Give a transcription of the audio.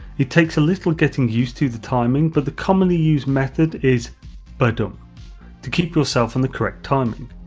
it takes a little getting used to the timing, but the commonly used method is ba-dum to keep yourself on the correct timing.